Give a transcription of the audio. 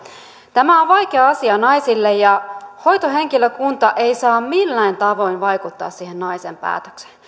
tämä on vaikea asia naisille ja hoitohenkilökunta ei saa millään tavoin vaikuttaa siihen naisen päätökseen